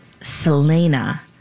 Selena